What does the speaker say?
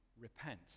repent